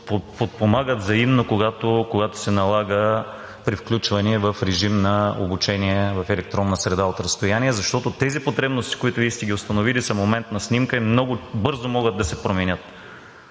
подпомагат взаимно, когато се налага превключване в режим на обучение в електронна среда от разстояние, защото тези потребности, които Вие сте установили, са моментна снимка и много бързо могат да се променят.